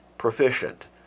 proficient